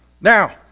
Now